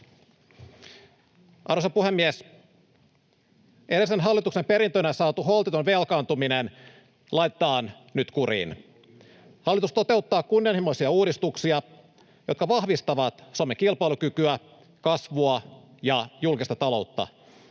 Arvoisa puhemies! Edellisen hallituksen perintönä saatu holtiton velkaantuminen laitetaan nyt kuriin. Hallitus toteuttaa kunnianhimoisia uudistuksia, jotka vahvistavat Suomen kilpailukykyä, kasvua ja julkista taloutta.